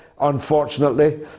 unfortunately